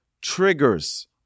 triggers